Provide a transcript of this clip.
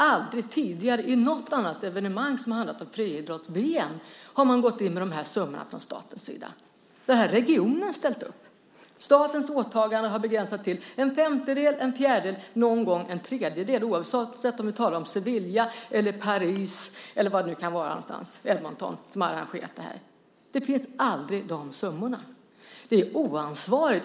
Aldrig tidigare har man i något evenemang som har handlat om friidrotts-VM gått in med de summorna från statens sida. Regionen har ställt upp. Statens åtagande har begränsats till en femtedel, en fjärdedel och någon gång en tredjedel, oavsett om vi talar om Sevilla, Paris eller Edmonton. De summorna har aldrig funnits. Det är oansvarigt.